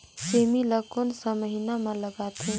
सेमी ला कोन सा महीन मां लगथे?